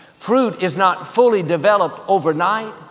fruit is not fully developed overnight,